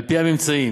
על-פי הממצאים,